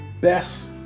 best